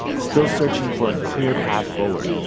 still searching for a clear path forward,